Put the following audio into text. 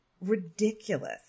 ridiculous